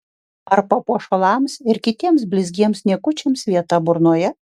ar papuošalams ir kitiems blizgiems niekučiams vieta burnoje